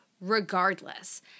regardless